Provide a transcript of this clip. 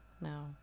no